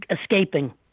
escaping